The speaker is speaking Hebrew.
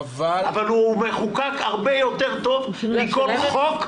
אבל הוא מחוקק הרבה יותר טוב מכל חוק,